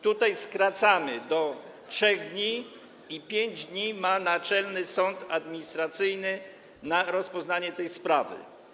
Tutaj skracamy to do 3 dni i 5 dni ma Naczelny Sąd Administracyjny na rozpoznanie tej sprawy.